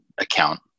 account